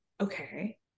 okay